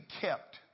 kept